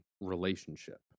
relationship